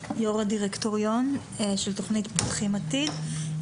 יושב ראש הדירקטוריון של תוכנית "פותחים עתיד".